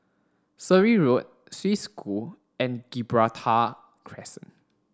Surrey Road Swiss School and Gibraltar Crescent